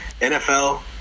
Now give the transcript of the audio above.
NFL